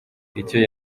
icyo